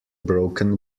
broken